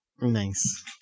Nice